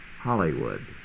Hollywood